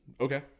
Okay